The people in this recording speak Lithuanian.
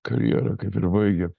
karjerą kaip ir baigė